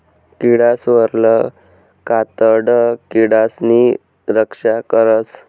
किडासवरलं कातडं किडासनी रक्षा करस